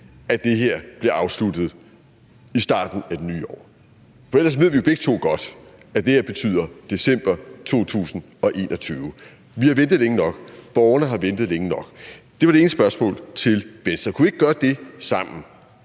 at den bliver afsluttet i starten af det nye år? For ellers ved vi jo begge to godt, at det vil betyde december 2021. Vi har ventet længe nok, borgerne har ventet længe nok. Det ene spørgsmål til Venstre er: Kunne vi ikke gøre det sammen?